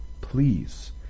please